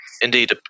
Indeed